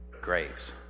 graves